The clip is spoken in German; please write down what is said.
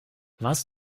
warst